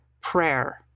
prayer